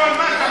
לגופו של עניין.